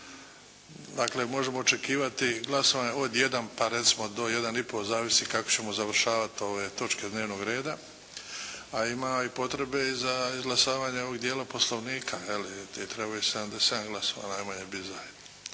Dakle, možemo očekivati glasovanje od jedan pa recimo do jedan i pol, zavisi kako ćemo završavati ove točke dnevnog reda, a ima i potrebe za izglasavanje ovog dijela poslovnika, treba 77 glasova najmanje biti